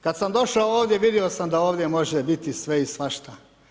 Kada sam došao ovdje vidio sam da ovdje može biti sve i svašta.